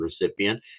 recipient